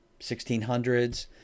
1600s